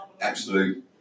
absolute